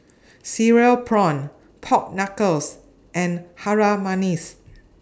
Cereal Prawns Pork Knuckles and Harum Manis